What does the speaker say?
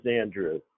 Andrew